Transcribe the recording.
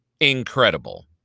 incredible